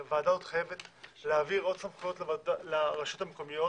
הוועדה הזאת חייבת להעביר עוד סמכויות לרשויות המקומיות.